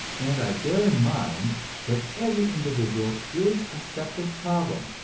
and i bear in mind that every individual is a separate problem,